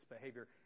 behavior